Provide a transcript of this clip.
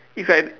it's like